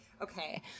Okay